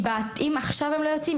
אם עכשיו הם לא יוצאים,